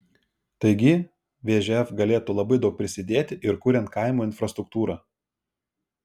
taigi vžf galėtų labai daug prisidėti ir kuriant kaimo infrastruktūrą